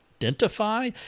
identify